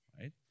Right